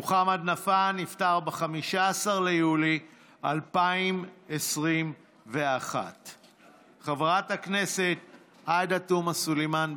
מוחמד נפאע נפטר ב-15 ביולי 2021. חברת הכנסת עאידה תומא סלימאן,